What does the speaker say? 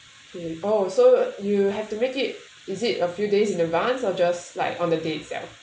oh so you have to make it is it a few days in advance or just like on the day itself